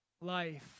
life